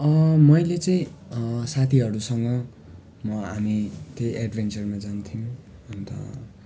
मैले चाहिँ साथीहरूसँग म हामी त्यो एड्भेन्चरमा जान्थ्यौँ अन्त